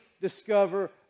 discover